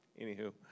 Anywho